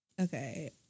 Okay